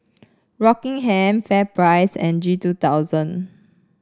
Rockingham FairPrice and G two thousand